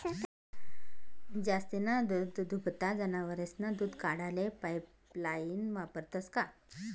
जास्तीना दूधदुभता जनावरेस्नं दूध काढाले पाइपलाइन वापरतंस का?